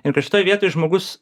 ir kad šitoj vietoj žmogus